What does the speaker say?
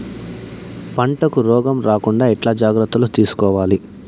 పంటకు రోగం రాకుండా ఎట్లా జాగ్రత్తలు తీసుకోవాలి?